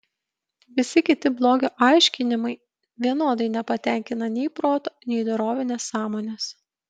visi kiti blogio aiškinimai vienodai nepatenkina nei proto nei dorovinės sąmonės